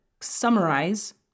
summarize